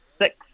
six